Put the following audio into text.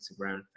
instagram